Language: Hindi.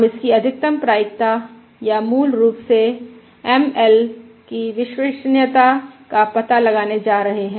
हम इसकी अधिकतम प्रायिकता या मूल रूप से ML की विश्वसनीयता का पता लगाने जा रहे हैं